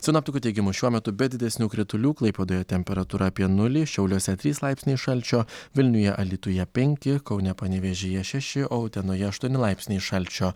sinoptikų teigimu šiuo metu be didesnių kritulių klaipėdoje temperatūra apie nulį šiauliuose trys laipsniai šalčio vilniuje alytuje penki kaune panevėžyje šeši o utenoje aštuoni laipsniai šalčio